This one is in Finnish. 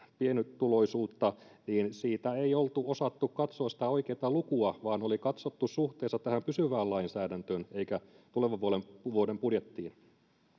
pienituloisuutta niin siinä ei oltu osattu katsoa sitä oikeata lukua oli katsottu suhteessa tähän pysyvään lainsäädäntöön eikä tulevan vuoden budjettiin